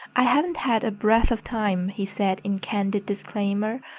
i haven't had a breath of time, he said in candid disclaimer.